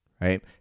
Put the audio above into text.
right